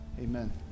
Amen